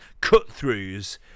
cut-throughs